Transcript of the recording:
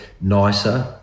nicer